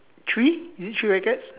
three is it three rackets